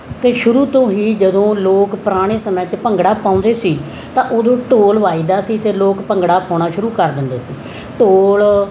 ਅਤੇ ਸ਼ੁਰੂ ਤੋਂ ਹੀ ਜਦੋਂ ਲੋਕ ਪੁਰਾਣੇ ਸਮੇਂ 'ਚ ਭੰਗੜਾ ਪਾਉਂਦੇ ਸੀ ਤਾਂ ਉਦੋਂ ਢੋਲ ਵੱਜਦਾ ਸੀ ਅਤੇ ਲੋਕ ਭੰਗੜਾ ਪਾਉਣਾ ਸ਼ੁਰੂ ਕਰ ਦਿੰਦੇ ਸੀ ਢੋਲ